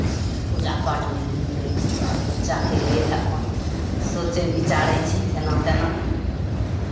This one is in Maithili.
पूजा पाठमे लीन रहै छी बाल बच्चाके लेल अपन सोचै विचारै छी जेना तेना